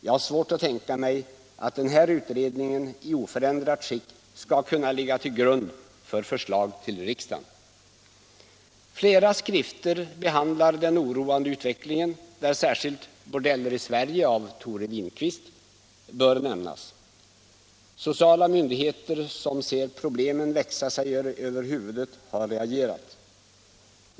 Jag har svårt att tänka mig att denna utredning i oförändrat skick skall kunna ligga till grund för förslag till riksdagen. Flera skrifter behandlar den oroande utvecklingen — särskilt bör nämnas Bordeller i Sverige av Tore Winqvist — och sociala myndigheter, som ser problemen växa sig över huvudet, har reagerat.